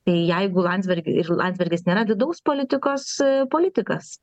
tai jeigu landsbergiu landsbergis nėra vidaus politikos politikas